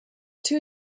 two